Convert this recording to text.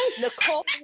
Nicole